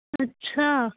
ਅੱਛਾ